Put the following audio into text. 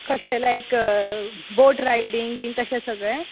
अशें लायक boat riding बी तशें सगळें